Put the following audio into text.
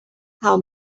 how